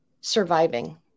surviving